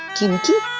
you